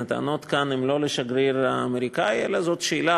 הטענות כאן הן לא לשגריר האמריקני, אלא זו שאלה.